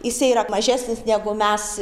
jisai yra mažesnis negu mes